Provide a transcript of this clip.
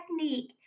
technique